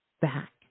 back